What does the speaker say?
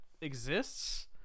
exists